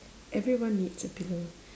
everyone needs a pillow